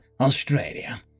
Australia